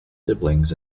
siblings